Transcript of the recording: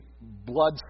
blood